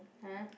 !huh!